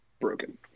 broken